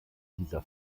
dieser